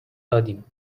دادیم